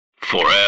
Forever